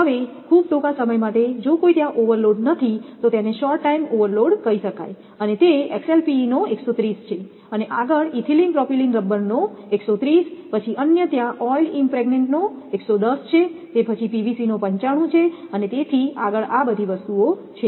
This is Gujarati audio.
હવે ખૂબ ટૂંકા સમય માટે જો કોઈ ત્યાં ઓવરલોડ નથી તો તેને શોર્ટ ટાઈમ ઓવર લોડ કહી શકાય અને તે XLPEનો 130 છે અને આગળ ઇથિલિન પ્રોપિલિન રબરનો 130 પછી અન્ય ત્યાં ઓઇલ ઈમપ્રેગ્નેન્ટનો 110 છે તે પછી PVCનો 95 છે અને તેથી આગળ આ બધી વસ્તુઓ છે